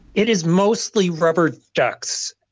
it is mostly rubber ducks.